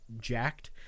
jacked